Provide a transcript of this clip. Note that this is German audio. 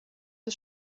des